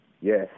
yes